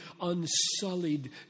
unsullied